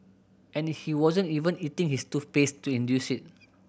and he wasn't even eating his toothpaste to induce it